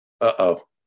Uh-oh